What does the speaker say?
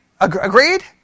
Agreed